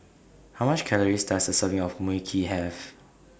How much Calories Does A Serving of Mui Kee Have